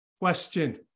question